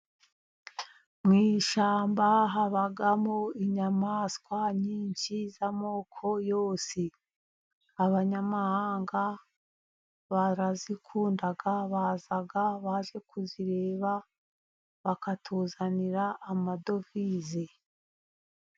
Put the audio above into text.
Mu ishyamba habamo inyamaswa nyinshi z'amoko yose, abanyamahanga barazikunda baza baje kuzireba, bakatuzanira amadovize.